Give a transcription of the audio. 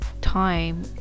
time